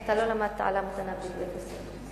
אתה לא למדת על אלמותנבי בבית-הספר.